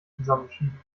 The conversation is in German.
zusammenschieben